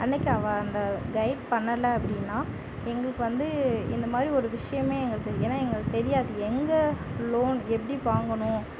அன்னக்கு அவள் அந்த கயிட் பண்ணலை அப்படின்னா எங்களுக்கு வந்து இந்த மாதிரி ஒரு விஷயமே எங்களுக்கு தெரியும் ஏன்னா எங்களுக்கு தெரியாது எங்கள் லோன் எப்படி வாங்கணும்